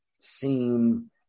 seem